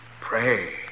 Pray